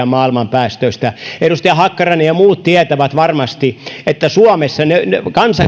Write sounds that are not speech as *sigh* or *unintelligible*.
*unintelligible* maailman päästöistä edustaja hakkarainen ja muut tietävät varmasti että suomessa